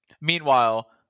Meanwhile